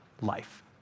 life